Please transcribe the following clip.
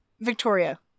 Victoria